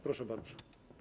Proszę bardzo.